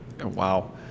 wow